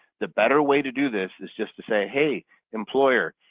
the better way to do this is just to say, hey employer,